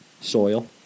soil